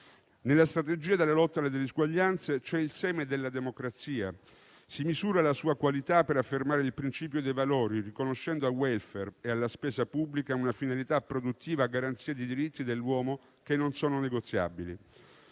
Nella strategia della lotta alle disuguaglianze c'è il seme della democrazia e si misura la sua qualità per affermare il principio dei valori, riconoscendo al *welfare* e alla spesa pubblica una finalità produttiva a garanzia dei diritti dell'uomo che non sono negoziabili.